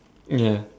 ya